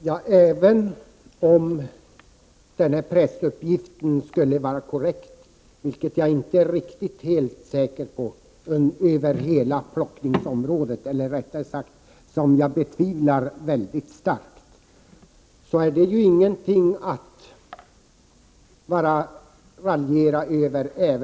Herr talman! Även om den här pressuppgiften skulle vara korrekt för hela plockningsområdet, vilket jag mycket starkt betvivlar, är det inte någonting att raljera över.